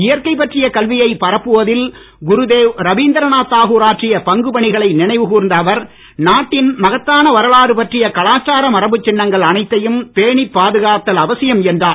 இயற்கை பற்றிய கல்வியைப் பரப்புவதில் குருதேவ் ரபீந்திரநாத் தாகூர் ஆற்றிய பங்குப் பணிகளை நினைவு கூர்ந்த அவர் நாட்டின் மகத்தான வரலாறு பற்றிய கலாச்சார மரபுச் சின்னங்கள் அனைத்தையும் பேணிப் பாதுகாத்தல் அவசியம் என்றார்